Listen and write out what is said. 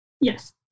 Yes